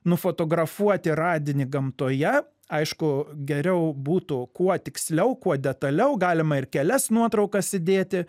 nufotografuoti radinį gamtoje aišku geriau būtų kuo tiksliau kuo detaliau galima ir kelias nuotraukas įdėti